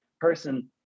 person